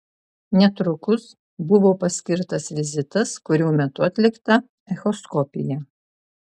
netrukus buvo paskirtas vizitas kurio metu atlikta echoskopija